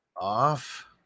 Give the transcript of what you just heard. off